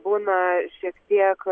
būna šiek tiek